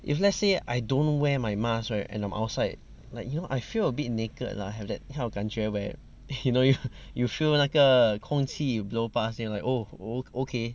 if let's say I don't wear my mask right and I'm outside like you know I feel a bit naked lah have that kind of 感觉 where you know you you feel 那个空气 blow pass you know like oh okay